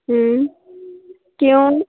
ਕਿਉਂ